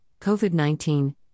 COVID-19